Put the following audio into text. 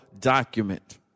document